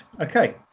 Okay